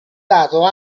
dato